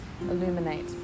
illuminate